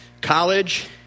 college